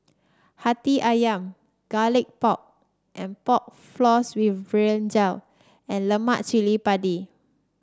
Hati ayam Garlic Pork and Pork Floss with Brinjal and Lemak Cili Padi